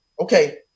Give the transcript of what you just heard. Okay